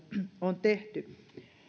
on tehty